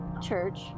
Church